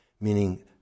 Meaning